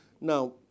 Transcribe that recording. Now